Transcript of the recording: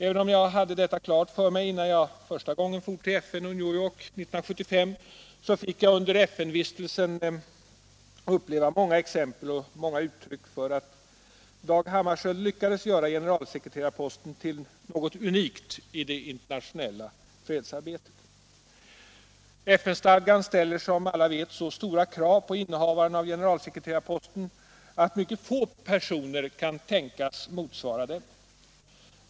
Även om jag hade detta klart för mig innan jag första gången for till FN och New York 1975, fick jag under FN-vistelsen uppleva många exempel på och uttryck för att Dag Hammarskjöld lyckades göra generalsekreterarposten till något unikt i det internationella fredsarbetet. FN-stadgan ställer som alla vet så stora krav på innehavaren av generalsekreterarposten att mycket få personer kan tänkas motsvara dem.